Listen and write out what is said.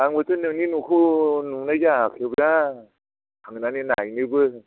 आंबोथ' नोंनि न'खौ नुनाय जायाखै दा थांनानै नायहैनोबो